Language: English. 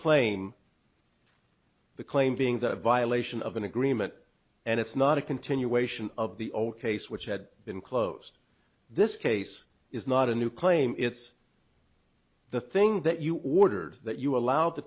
claim the claim being that a violation of an agreement and it's not a continuation of the old case which had been closed this case is not a new claim it's the thing that you ordered that you allowed to